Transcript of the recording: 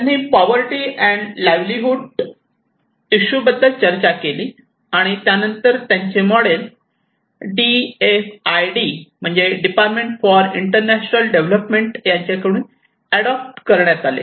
त्यांनी poverty and livelihood issue बद्दल चर्चा केली आणि त्यानंतर त्यांचे मॉडेल डीएफआयडी म्हणजे डिपार्टमेंट फोर इंटरनॅशनल डेव्हलपमेंट यांच्याकडून ऍडॉप्ट करण्यात आले